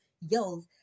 yells